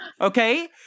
okay